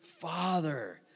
father